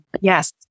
Yes